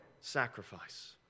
sacrifice